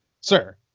Sir